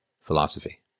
Philosophy